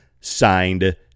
Signed